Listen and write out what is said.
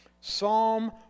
Psalm